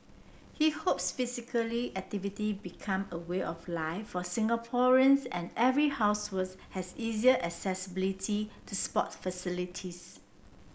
he hopes physically activity become a way of life for Singaporeans and every house was has easier accessibility to sport facilities